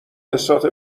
بساط